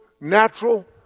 natural